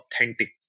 authentic